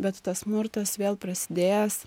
bet tas smurtas vėl prasidėjęs